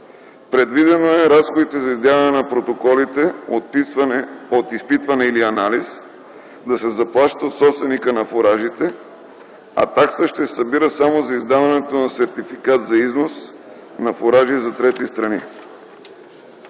Предвидено е разходите за издаване на протоколите от изпитване или анализ да се заплащат от собственика на фуражите, а такса ще се събира само за издаване на сертификат за износ на фуражи за трети държави.